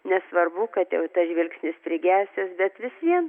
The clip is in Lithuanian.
nesvarbu kad jau tas žvilgsnis prigesęs bet vis vien